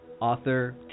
author